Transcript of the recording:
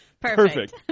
Perfect